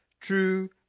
True